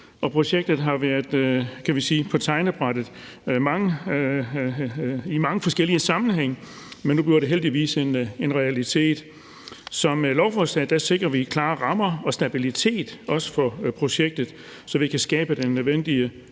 på tegnebrættet i mange forskellige sammenhænge, men nu bliver det heldigvis en realitet. Så med lovforslaget sikrer vi klare rammer og stabilitet også for projektet, så vi kan skabe den nødvendige